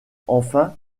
enfin